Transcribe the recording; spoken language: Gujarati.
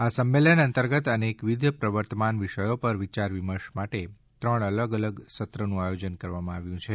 આ સંમેલન અંતર્ગત અનેકવિધ પ્રવર્તમાન વિષયો પર વિચારવિમર્શ માટે ત્રણ અલગ અલગ સત્રનું આયોજન કરવામાં આવ્યું છે